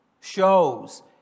shows